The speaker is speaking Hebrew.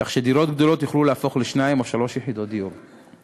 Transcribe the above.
כך שדירות גדולות יוכלו להפוך לשתי יחידות דיור או שלוש.